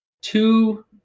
two